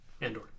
Andor